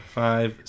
five